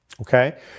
okay